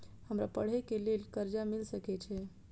हमरा पढ़े के लेल कर्जा मिल सके छे?